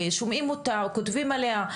שומעים אותה וכותבים עליה,